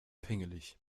pingelig